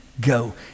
go